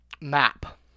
map